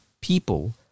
people